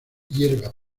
hierba